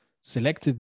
selected